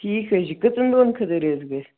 ٹھیٖک حظ چھُ کٔژن دۄہَن خٲطرٕ حظ گَژھِ